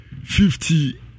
fifty